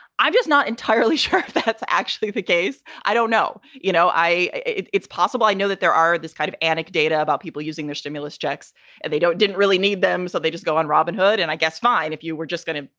i'm just not entirely sure that's actually the case. i don't know. you know, i i it's possible i know that there are this kind of anick data about people using their stimulus checks and they don't didn't really need them. so they just go on robinhood. and i guess, fine, if you were just going to,